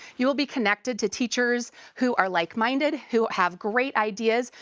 you will be connected to teachers who are like-minded, who have great ideas,